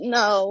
no